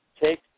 take